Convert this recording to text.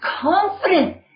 confident